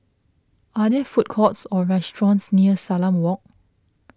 are there food courts or restaurants near Salam Walk